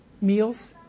meals